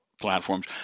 platforms